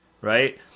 right